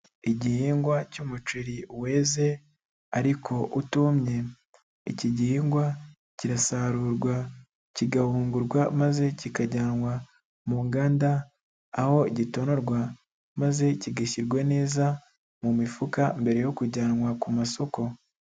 Igihingwa cy'umuceri weze ariko utumye, iki gihingwa kirasarurwa kigahungurwa maze kikajyanwa mu nganda, aho gitorwa maze kigashyirwa neza mu mifuka mbere yo kujyanwa ku masoko.